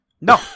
No